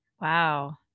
Wow